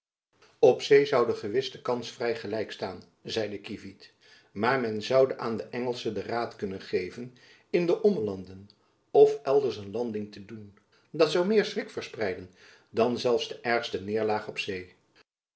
op zee zoû gewis de kans vrij gelijk staan zeide kievit maar men zoude aan de engelschen den raad kunnen geven in de ommelanden of elders een landing te doen dat zoû meer schrik verspreiden dan zelfs de ergste neêrlaag op zee